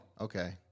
Okay